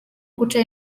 guca